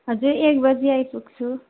हजुर एक बजी आइपुग्छु